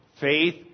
Faith